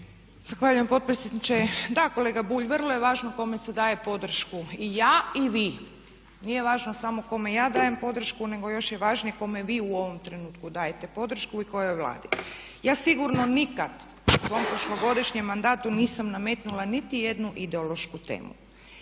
Zahvaljujem potpredsjedniče. Da, kolega Bulj, vrlo je važno kome se daje podršku i ja i vi. Nije važno samo kome ja dajem podršku, nego još je važnije kome vi u ovom trenutku dajte podršku i kojoj Vladi. Ja sigurno nikad u svom prošlogodišnjem mandatu nisam nametnula niti jednu ideološku temu.